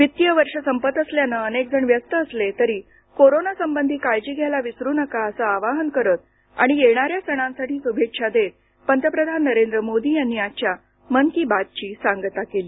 वित्तीय वर्ष संपत असल्यानं अनेक जण व्यस्त असले तरी कोरोनासंबंधी काळजी घ्यायला विसरू नका असं आवाहन करत आणि येणाऱ्या सणांसाठी शुभेच्छा देत पंतप्रधान नरेंद्र मोदी यांनी आजच्या मन की बातची सांगता केली